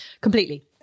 completely